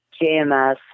JMS